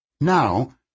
Now